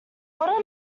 order